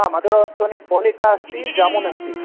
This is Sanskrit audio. आम् मधुरवस्तूनि पोलिका अस्ति जामून् अस्ति